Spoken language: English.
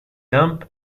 dump